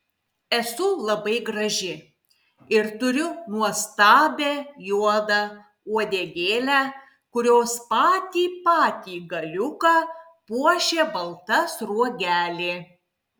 esu labai graži ir turiu nuostabią juodą uodegėlę kurios patį patį galiuką puošia balta sruogelė